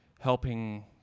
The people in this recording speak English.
helping